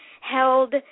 held